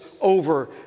over